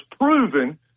proven